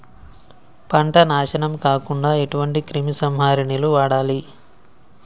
పంట నాశనం కాకుండా ఎటువంటి క్రిమి సంహారిణిలు వాడాలి?